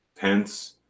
Pence